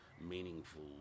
meaningful